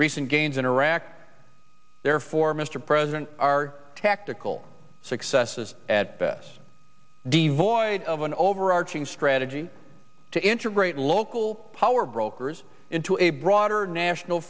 recent gains in iraq therefore mr president are tactical successes at best devoid of an overarching strategy to integrate local powerbrokers into a broader national